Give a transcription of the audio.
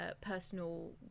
personal